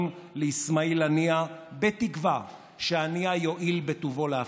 לאסמאעיל הנייה בתקווה שהנייה יואיל בטובו להפסיק.